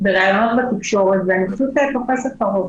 בראיונות בתקשורת, ואני פשוט תופסת את הראש.